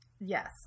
Yes